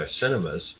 Cinemas